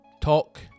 Talk